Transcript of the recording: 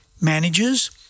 managers